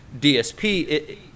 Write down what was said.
DSP